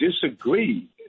disagree